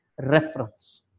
reference